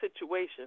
situation